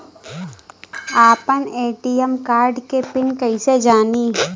आपन ATM card के pin कईसे जानी?